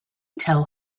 tell